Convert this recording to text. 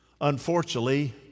Unfortunately